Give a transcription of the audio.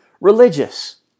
religious